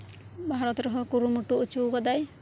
ᱵᱷᱟᱨᱚᱛ ᱨᱮᱦᱚᱸ ᱠᱩᱨᱩᱢᱩᱴᱩ ᱚᱪᱚ ᱟᱠᱟᱫᱟᱭ